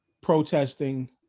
Protesting